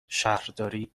شهرداری